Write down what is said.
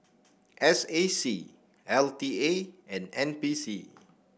S A C L T A and N P C